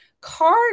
card